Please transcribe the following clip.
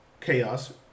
Chaos